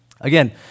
again